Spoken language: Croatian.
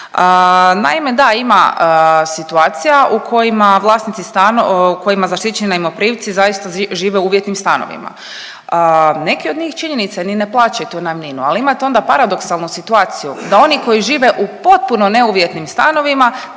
Naime da ima situacija u kojima vlasnici stano…, u kojima zaštićeni najmoprimci zaista žive u uvjetnim stanovima. Neki od njih, činjenica je, ni ne plaćaju tu najamninu, ali imate onda paradoksalnu situaciju da oni koji žive u potpuno ne uvjetnim stanovima,